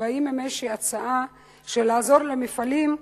שכשבאים עם איזו הצעה לעזור למפעלים,